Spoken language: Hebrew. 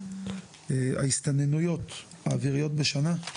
ההסתננויות האוויריות בשנה?